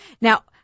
Now